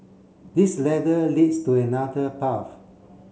this ladder leads to another path